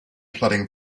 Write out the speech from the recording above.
plodding